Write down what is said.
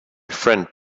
friend